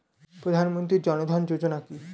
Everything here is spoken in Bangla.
প্রধানমন্ত্রী জনধন যোজনা কি?